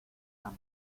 ama